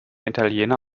italiener